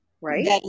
Right